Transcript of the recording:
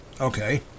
Okay